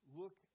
look